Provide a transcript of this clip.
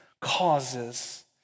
causes